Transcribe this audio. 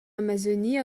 amazonie